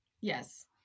Yes